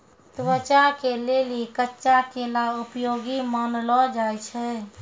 त्वचा के लेली कच्चा केला उपयोगी मानलो जाय छै